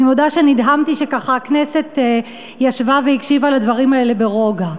אני מודה שנדהמתי שהכנסת ישבה והקשיבה לדברים האלה ברוגע.